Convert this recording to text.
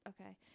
okay